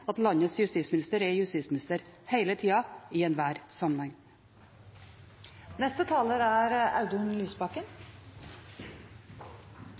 at landets justisminister er justisminister hele tida og i enhver sammenheng. Bekjempelse av terror er